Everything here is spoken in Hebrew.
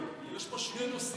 יש פה שני נושאים שונים.